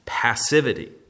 passivity